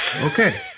okay